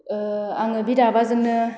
आङो बि दाबाजोंनो